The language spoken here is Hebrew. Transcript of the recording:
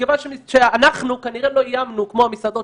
מכיוון שאנחנו כנראה לא איימנו כמו המסעדות,